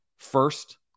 First